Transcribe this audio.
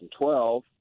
2012